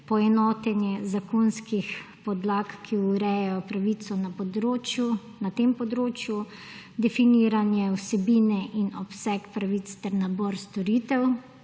poenotenje zakonskih podlag, ki urejajo pravico na tem področju, definiranje vsebine in obseg pravic ter nabor storitev